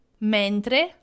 MENTRE